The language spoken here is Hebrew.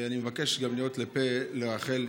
אני מבקש גם להיות לפה לרחלי.